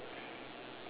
exact